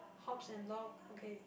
hops and log okay